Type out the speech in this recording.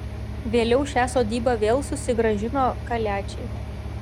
vėliau šią sodybą vėl susigrąžino kaliačiai